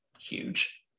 huge